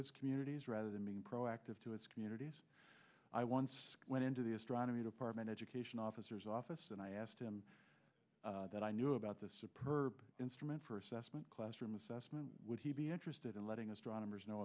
as communities rather than being proactive to its communities i once went into the astronomy department education officers office and i asked him that i knew about this a perp instrument first vestment classroom assessment would he be interested in letting us draw numbers know